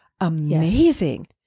amazing